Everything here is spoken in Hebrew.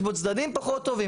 יש בו צדדים פחות טובים.